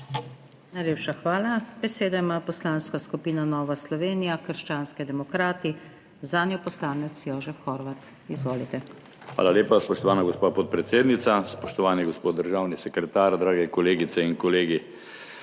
Najlepša hvala. Besedo ima Poslanska skupina Nova Slovenija – krščanski demokrati, zanjo poslanec Jožef Horvat. Izvolite. **JOŽEF HORVAT (PS NSi):** Hvala lepa, spoštovana gospa podpredsednica. Spoštovani gospod državni sekretar, drage kolegice in kolegi!